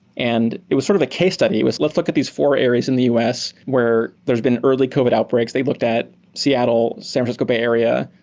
and it was sort of a case study. it was, let's look at these four areas in the us where there's been early covid outbreaks. they've looked at seattle, san francisco, bay area,